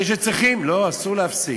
לא, אסור להפסיק.